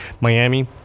Miami